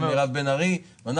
גם